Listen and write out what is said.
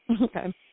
Okay